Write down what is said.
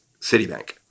Citibank